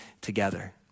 together